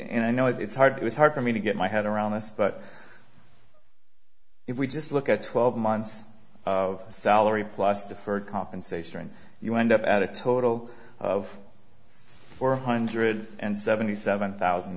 and i know it's hard it is hard for me to get my head around this but if we just look at twelve months of salary plus deferred compensation you end up at a total of four hundred and seventy seven thousand